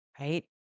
right